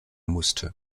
musste